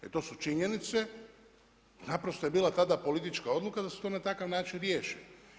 Jer to su činjenice, naprosto je bila tada politička odluka da se to na takav način riješi.